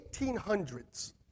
1800s